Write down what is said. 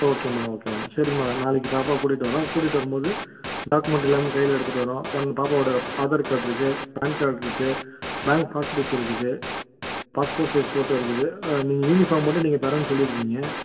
okay madam okay madam சரிங்க madam நாளைக்கு பாப்பாவை கூட்டிகிட்டு வர்றோம் கூட்டிகிட்டு வரும்போது டாக்குமெண்ட் எல்லாமே கையில் எடுத்துட்டு வர்றோம் பாப்பாவோட ஆதார் கார்டு இருக்கு பான் கார்டு இருக்கு பேங்க் பாஸ்புக் இருக்குது பாஸ்போர்ட் சைஸ் ஃபோட்டோ இருக்குது நீங்கள் யூனிஃபார்ம் மட்டும் நீங்கள் தர்றேன்னு சொல்லிருக்கீங்க